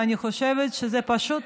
ואני חושבת שזה פשוט,